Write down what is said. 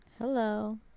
hello